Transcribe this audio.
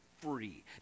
free